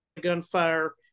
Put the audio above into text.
gunfire